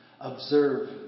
observe